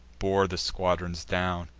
bore the squadrons down.